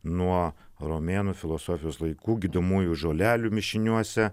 nuo romėnų filosofijos laikų gydomųjų žolelių mišiniuose